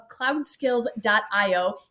CloudSkills.io